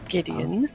Gideon